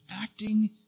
acting